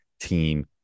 team